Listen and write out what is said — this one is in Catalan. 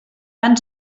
fan